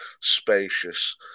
spacious